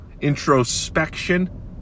introspection